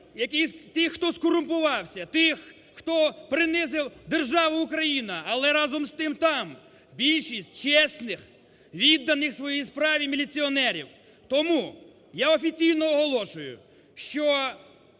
тих, хто скорумпувався, тих, хто принизив державу Україна, але разом з тим там більшість чесних, відданих своїй справі, міліціонерів. Тому я офіційно оголошую, що